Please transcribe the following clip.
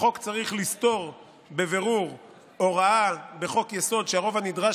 החוק צריך לסתור בבירור הוראה בחוק-יסוד שהרוב הנדרש